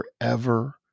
forever